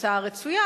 התוצאה הרצויה,